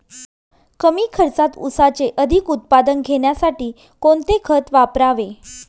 कमी खर्चात ऊसाचे अधिक उत्पादन घेण्यासाठी कोणते खत वापरावे?